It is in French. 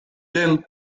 biens